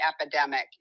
epidemic